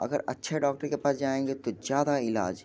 अगर अच्छे डॉक्टर के पास जाएँगे तो ज़्यादा इलाज